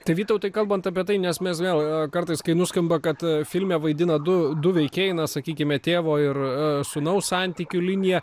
tai vytautai kalbant apie tai nes mes vėl kartais kai nuskamba kad filme vaidina du du veikėjai na sakykime tėvo ir sūnaus santykių linija